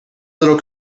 little